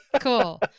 Cool